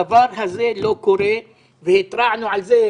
הדבר הזה לא קורה והתרענו על זה.